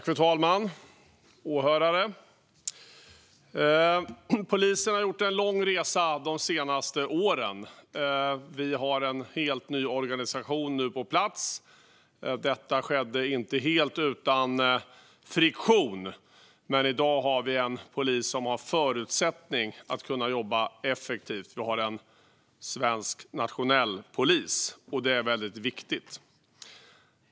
Fru talman och åhörare! Polisen har gjort en lång resa de senaste åren. Vi har en helt ny organisation på plats. Detta skedde inte helt utan friktion, men i dag har vi en polis som har förutsättningar att jobba effektivt. Vi har en svensk, nationell polis, och det är väldigt viktigt.